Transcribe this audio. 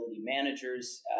managers